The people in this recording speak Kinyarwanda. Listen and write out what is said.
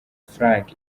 frank